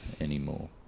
anymore